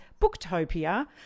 Booktopia